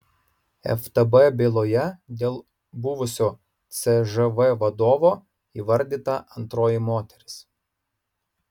ftb byloje dėl buvusio cžv vadovo įvardyta antroji moteris